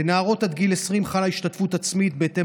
לנערות עד גיל 20 חלה השתתפות עצמית בהתאם